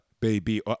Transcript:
baby